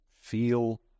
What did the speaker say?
feel